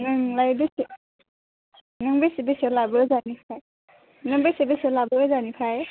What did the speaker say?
ओं लायो बेसे नों बेसे बेसे लाबोयो ओजानिफ्राय नों बेसे बेसे लाबोयो ओजानिफ्राय